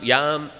Yam